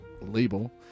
label